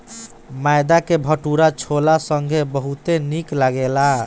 मैदा के भटूरा छोला संगे बहुते निक लगेला